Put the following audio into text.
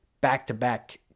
back-to-back